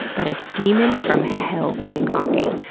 but a demon from hell came knocking.